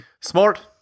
Smart